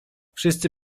wszyscy